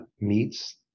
meets